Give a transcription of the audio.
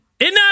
enough